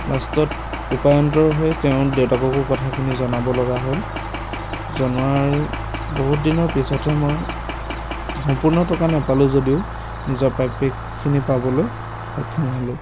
লাষ্টত উপায়ন্তৰ হৈ তেওঁৰ দেউতাককো কথাখিনি জনাব লগা হ'ল জনোৱাৰ বহুত দিনৰ পিছতহে মই সম্পূৰ্ণ টকা নাপালোঁ যদিও নিজৰ প্ৰাপ্য়খিনি পাবলৈ সক্ষম হ'লোঁ